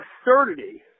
absurdity